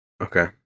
Okay